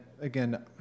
again